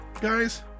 guys